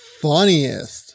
Funniest